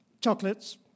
chocolates